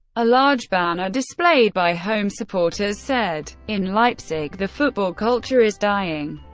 a large banner displayed by home supporters said in leipzig, the football culture is dying.